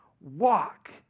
Walk